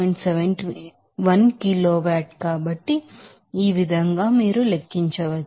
71 kilowatt కాబట్టి ఈ విధంగా మీరు లెక్కించవచ్చు